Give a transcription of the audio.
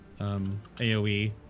AoE